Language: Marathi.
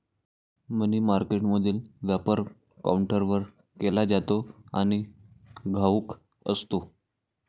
मनी मार्केटमधील व्यापार काउंटरवर केला जातो आणि घाऊक असतो